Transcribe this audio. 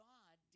God